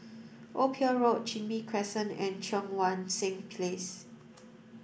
Old Pier Road Chin Bee Crescent and Cheang Wan Seng Place